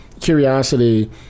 curiosity